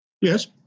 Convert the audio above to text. Yes